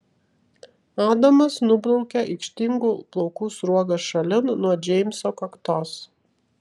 adamas nubraukia aikštingų plaukų sruogas šalin nuo džeimso kaktos